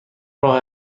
راه